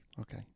Okay